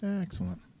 Excellent